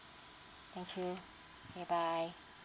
thank you okay bye